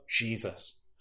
Jesus